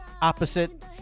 opposite